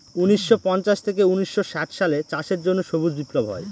উনিশশো পঞ্চাশ থেকে উনিশশো ষাট সালে চাষের জন্য সবুজ বিপ্লব হয়